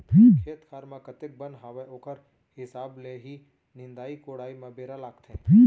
खेत खार म कतेक बन हावय ओकर हिसाब ले ही निंदाई कोड़ाई म बेरा लागथे